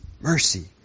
mercy